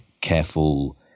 careful